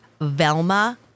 Velma